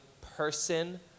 person